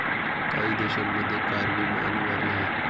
काही देशांमध्ये कार विमा अनिवार्य आहे